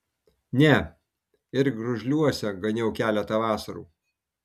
ne ir gružliuose ganiau keletą vasarų